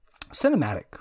cinematic